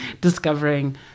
Discovering